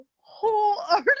whole